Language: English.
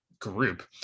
group